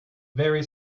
very